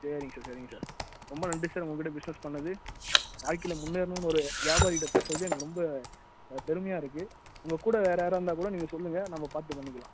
சரிங்க சார் சரிங்க சார் ரொம்ப நன்றி சார் உங்கள் கிட்டே பிஸ்னஸ் பண்ணிணது வாழ்க்கையில் முன்னேறணும்னு ஒரு வியாபாரிக் கிட்டே பேசுகிறது எனக்கு ரொம்ப பெருமையாக இருக்குது உங்கள் கூட வேறு யாராக இருந்தால் கூட நீங்கள் சொல்லுங்கள் நம்ம பார்த்து பண்ணிக்கலாம்